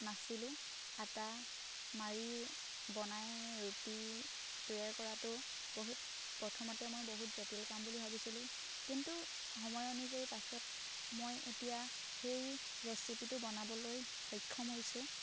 নাছিলোঁ আটা মাৰি বনাই ৰুটি তৈয়াৰ কৰাটো বহুত প্ৰথমতে মই বহুত জটিল কাম বুলি ভাবিছিলোঁ কিন্ত সময় অনুযায়ী পাছত মই এতিয়া সেই ৰেচিপিটো বনাবলৈ সক্ষম হৈছোঁ